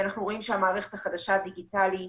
אנחנו רואים שהמערכת החדשה דיגיטלי,